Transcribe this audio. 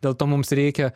dėl to mums reikia